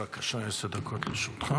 בבקשה, עשר דקות לרשותך.